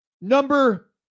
Number